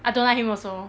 I don't like him also